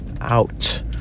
out